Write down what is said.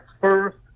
first